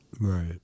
Right